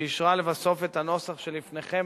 שאישרה לבסוף את הנוסח שלפניכם.